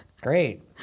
great